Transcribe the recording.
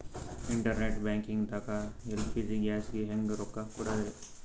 Internet banking ದಾಗ LPG ಗ್ಯಾಸ್ಗೆ ಹೆಂಗ್ ರೊಕ್ಕ ಕೊಡದ್ರಿ?